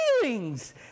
feelings